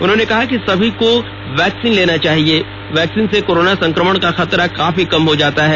उन्होंने कहा कि सभी को वैक्सीन लेना चाहिए वैक्सीन से कोरोना संक्रमण का खतरा काफी कम हो जाता है